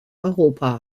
europa